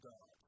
God